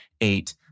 eight